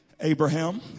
Abraham